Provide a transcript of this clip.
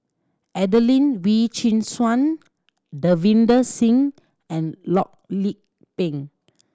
Adelene Wee Chin Suan Davinder Singh and Loh Lik Peng